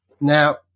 Now